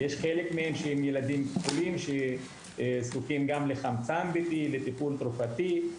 חלק מהילדים זקוקים גם לחמצן ביתי ולטיפול תרופתי.